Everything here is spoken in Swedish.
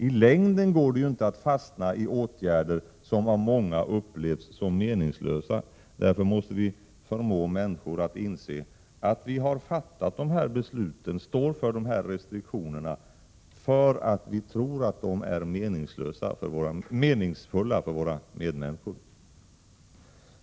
I längden går det ju inte att fastna i åtgärder som av många upplevs som meningslösa. Därför måste vi förmå människor att inse att vi har fattat dessa beslut och står för dessa restriktioner för att vi tror att de är meningsfulla för våra medmänniskor.